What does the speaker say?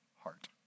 heart